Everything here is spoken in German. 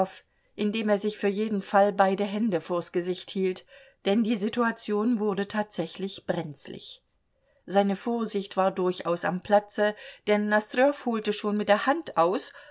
indem er sich für jeden fall beide hände vors gesicht hielt denn die situation wurde tatsächlich brenzlig seine vorsicht war durchaus am platze denn nosdrjow holte schon mit der hand aus